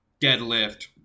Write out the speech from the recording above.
deadlift